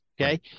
Okay